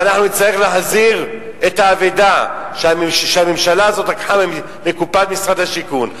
ואנחנו נצטרך להחזיר את האבדה שהממשלה הזאת לקחה מקופת משרד השיכון.